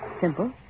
Simple